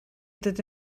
dod